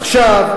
עכשיו,